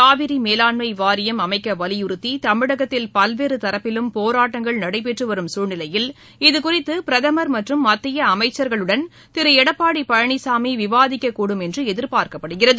காவிரி மேலாண்மை வாரியம் அமைக்க வலியுறுத்தி தமிழகத்தில் பல்வேறு தரப்பிலும் போராட்டங்கள் நடைபெற்று வரும் சூழ்நிலையில் இதுகுறித்து பிரதமர் மற்றம் மத்திய அமைச்சர்களுடன் திரு எடப்பாடி பழனிசாமி விவாதிக்கக்கூடும் என்று எதிர்பார்க்கப்படுகிறது